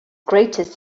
greatest